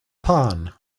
pawn